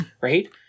Right